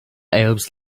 arabs